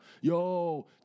Yo